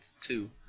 two